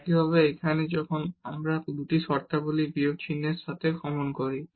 একইভাবে এখানে যখন আমরা এই 2 টি শর্তাবলী বিয়োগ চিহ্নের সাথে সাধারণ করি